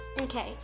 okay